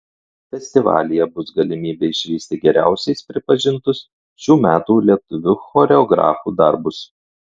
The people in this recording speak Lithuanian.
festivalyje bus galimybė išvysti geriausiais pripažintus šių metų lietuvių choreografų darbus